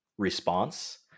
response